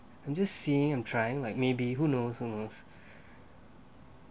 I'm just seeing I'm trying like maybe who knows who knows